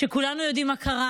כולנו יודעים מה קרה